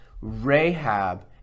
Rahab